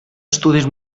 estudis